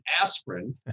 aspirin